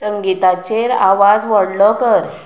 संगीताचेर आवाज व्हडलो कर